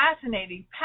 fascinating